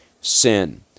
sin